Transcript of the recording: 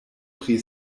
pri